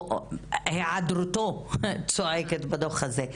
או העדרותו צועקת בדוח הזה.